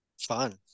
fun